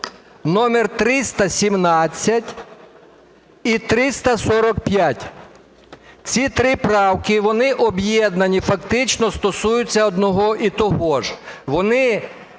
номер 317 і 345. Ці три правки, вони об'єднані, фактично стосуються одного і того ж.